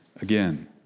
again